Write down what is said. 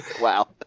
Wow